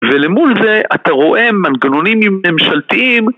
ולמול זה אתה רואה מנגנונים ממשלתיים